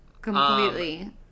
completely